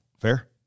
fair